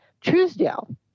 Truesdale